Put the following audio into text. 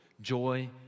joy